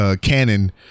canon